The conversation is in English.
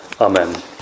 Amen